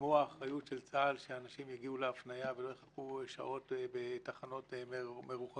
כמו האחריות של צה"ל שאנשים יגיעו להפניה ולא יחכו שעות בתחנות מרוחקות.